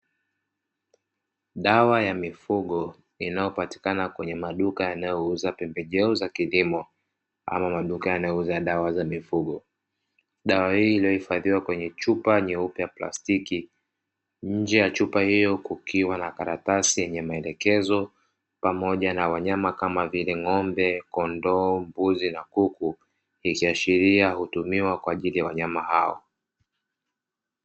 Dawa ya mifugo inayopatikana kwenye maduka yanayouza pembejeo za kilimo ama maduka yanayouza dawa za mifugo dawa hii iliyohifadhiwa kwenye chupa nyeupe ya plastiki, nje ya chupa hiyo kukiwa na karatasi yenye maelekezo pamoja na wanyama kama vile ng'ombe kondoo, mbuzi na kuku, ikiashiria hutumiwa kwa ajili ya wanyama hao.